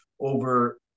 over